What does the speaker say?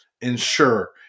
ensure